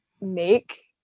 make